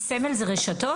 סמל זה רשתות?